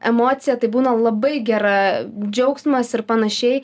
emocija tai būna labai gera džiaugsmas ir panašiai